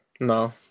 No